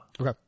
Okay